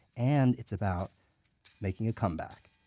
and it's about making a comeback,